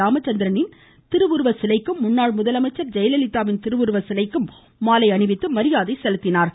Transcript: ராமச்சந்திரனின் திருவுருவ சிலைக்கும் முன்னாள் முதலமைச்சர் ஜெயலலிதாவின் திருவுருவ சிலைக்கும் மாலை அணிவித்து மரியாதை செலுத்தினார்கள்